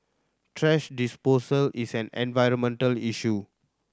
thrash disposal is an environmental issue